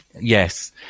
Yes